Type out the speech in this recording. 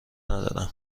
ندارم